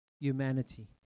humanity